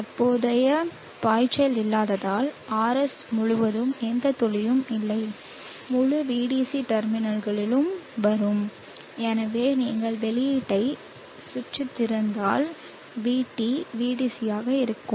தற்போதைய பாய்ச்சல் இல்லாததால் RS முழுவதும் எந்த துளியும் இல்லை முழு Vdc டெர்மினல்களிலும் வரும் எனவே நீங்கள் வெளியீட்டை சுற்று திறந்தால் vT Vdc ஆக இருக்கும்